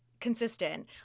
consistent